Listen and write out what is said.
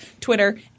Twitter